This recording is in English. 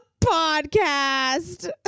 podcast